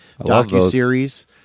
docuseries